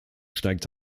steigt